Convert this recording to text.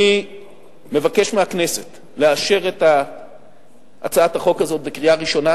אני מבקש מהכנסת לאשר את הצעת החוק הזאת בקריאה ראשונה.